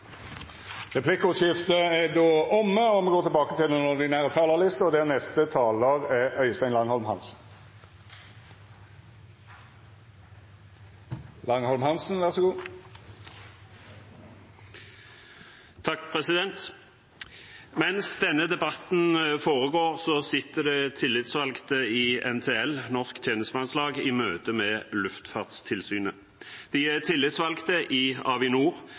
Replikkordskiftet er omme. Mens denne debatten foregår, sitter tillitsvalgte i NTL, Norsk Tjenestemannslag, i møte med Luftfartstilsynet. De er tillitsvalgte i Avinor,